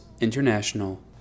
International